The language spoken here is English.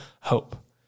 hope